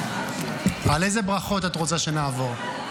על איזה ברכות את רוצה שנעבור?